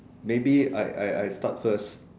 maybe I I I start first